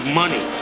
money